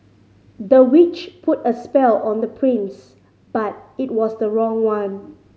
the witch put a spell on the prince but it was the wrong one